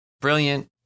brilliant